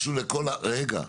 משהו לכל, רגע.